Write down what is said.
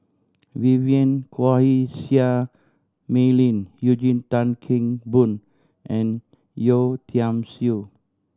Vivien Quahe Seah Mei Lin Eugene Tan Kheng Boon and Yeo Tiam Siew